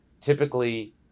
typically